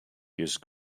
use